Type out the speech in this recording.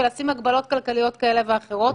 לשים הגבלות כלכליות כאלו ואחרות.